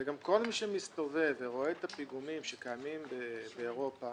כל מי שמסתובב ורואה את הפיגומים שקיימים באירופה